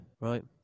Right